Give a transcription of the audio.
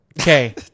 Okay